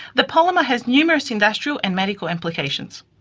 the polymer has numerous industrial and medical implications.